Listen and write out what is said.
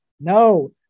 No